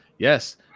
Yes